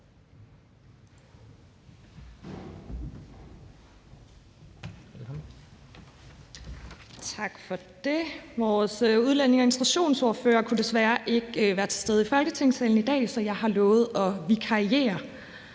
Tak for det. Vores udlændinge- og integrationsordfører kunne desværre ikke være til stede i Folketingssalen i dag, så jeg har lovet at vikariere.